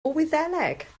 wyddeleg